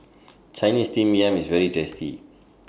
Chinese Steamed Yam IS very tasty